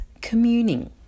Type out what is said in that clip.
communing